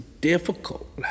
difficult